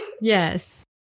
Yes